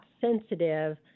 sensitive